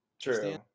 true